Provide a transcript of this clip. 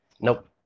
nope